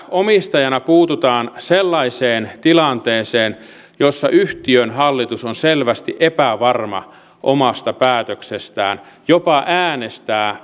omistajana puututaan sellaiseen tilanteeseen jossa yhtiön hallitus on selvästi epävarma omasta päätöksestään jopa äänestää